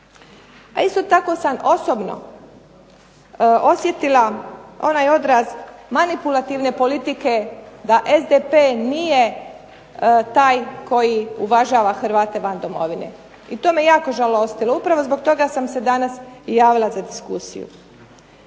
A isto tako sam osobno osjetila onaj odraz manipulativne politike da SDP nije taj koji uvažava Hrvate van Domovine. I to me jako žalostilo. Upravo zbog toga sam se danas i javila za diskusiju.